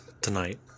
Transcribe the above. tonight